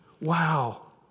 Wow